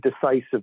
decisive